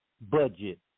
budget